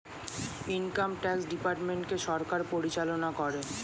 income tax ডিপার্টমেন্টকে সরকার পরিচালনা করে